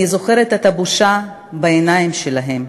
אני זוכרת את הבושה בעיניים שלהם.